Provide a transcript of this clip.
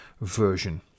version